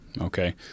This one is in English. Okay